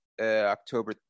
October